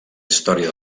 història